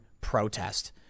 protest